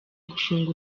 gufunga